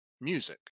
music